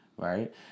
Right